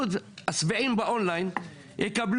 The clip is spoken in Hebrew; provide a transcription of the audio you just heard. פעם הבאה להיות בבית.